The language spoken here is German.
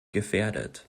gefährdet